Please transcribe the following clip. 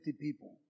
people